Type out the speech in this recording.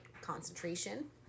concentration